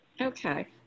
Okay